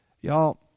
Y'all